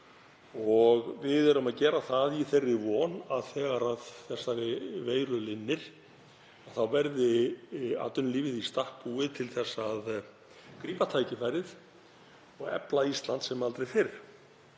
Við gerum það í þeirri von að þegar þessari veiru linnir verði atvinnulífið í stakk búið til þess að grípa tækifærið og efla Ísland sem aldrei fyrr.